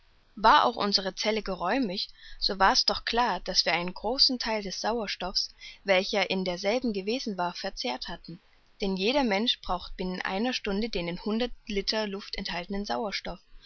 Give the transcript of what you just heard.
war auch unsere zelle geräumig so war's doch klar daß wir einen großen theil des sauerstoffs welcher in derselben gewesen verzehrt hatten denn jeder mensch verbraucht binnen einer stunde den in hundert liter luft enthaltenen sauerstoff